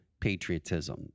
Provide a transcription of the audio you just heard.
patriotism